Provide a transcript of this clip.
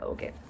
Okay